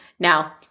Now